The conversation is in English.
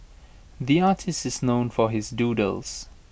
the artist is known for his doodles